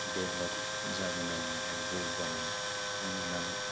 develop जाबोनाय एबा जौगानायखौ नुनानै